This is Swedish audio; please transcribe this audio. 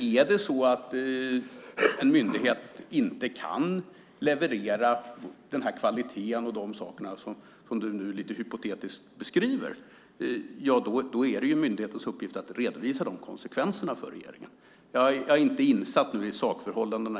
Om en myndighet inte kan leverera den kvalitet och det som du hypotetiskt beskriver är det ju myndighetens uppgift att redovisa konsekvenserna för regeringen. Jag är inte insatt i sakförhållandena.